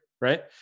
Right